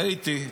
ראיתי,